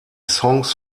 songs